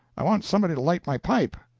i want somebody to light my pipe.